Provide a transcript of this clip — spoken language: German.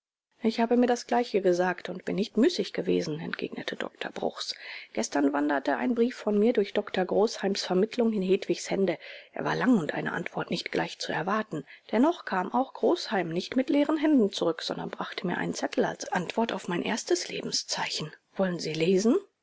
ich habe mir das gleiche gesagt und ich bin nicht müßig gewesen entgegnete dr bruchs gestern wanderte ein brief von mir durch doktor großheims vermittlung in hedwigs hände er war lang und eine antwort nicht gleich zu erwarten dennoch kam auch großheim nicht mit leeren händen zurück sondern brachte mir einen zettel als antwort auf mein erstes lebenszeichen wollen sie lesen